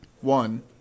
one